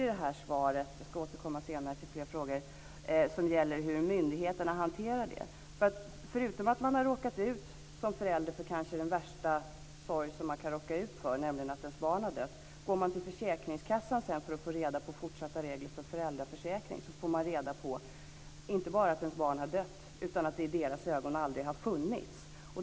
Jag kan i svaret inte se ett ord om hur myndigheterna hanterar de här behoven. Man råkar här ut för den kanske värsta sorg som man som förälder kan drabbas av, nämligen att ens barn dör. Går man till försäkringskassan för att få uppgift om regler för fortsatt föräldraförsäkring, får man i sorgen över att ens barn har dött också veta att barnet i dess ögon aldrig har funnits.